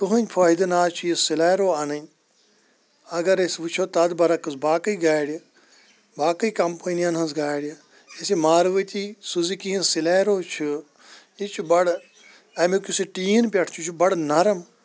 کٕہٕنۍ فٲیِدٕ نہ حَظ چھِ یہِ سِلیرو اَنٕنۍ اگر أسۍ وٕچھو تَتھ بَرعقٕص باقٕے گاڑِ باقٕے کَمپنیَن ہٕنٛز گاڑِ یۄس یہِ ماروٕتی سُزوٗکی ہٕنٛز سِلیرو چھ یہِ چھ بَڑٕ امیُک یُس یہِ ٹیٖن پٮ۪ٹھ چھُ یہِ چھُ بَڑٕ نَرٕم